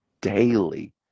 daily